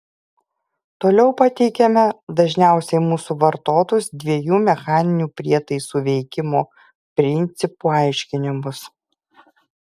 toliau pateikiame dažniausiai mūsų vartotus dviejų mechaninių prietaisų veikimo principų aiškinimus